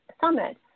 summit